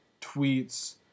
tweets